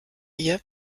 ihr